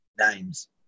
Names